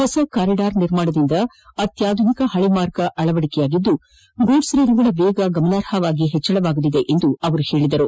ಹೊಸ ಕಾರಿಡಾರ್ ನಿರ್ಮಾಣದಿಂದ ಅತ್ಯಾಧುನಿಕ ಹಳಿ ಮಾರ್ಗ ಅಳವಡಿಕೆಯಾಗಿದ್ದು ಗೂಡ್ಸ್ ರೈಲುಗಳ ವೇಗ ಗಮನಾರ್ಹವಾಗಿ ಹೆಚ್ಚಳವಾಗಲಿದೆ ಎಂದರು